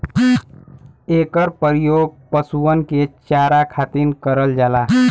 एकर परियोग पशुअन के चारा खातिर करल जाला